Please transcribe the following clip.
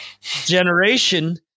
generation